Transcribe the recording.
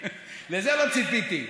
לזה לא ציפיתי.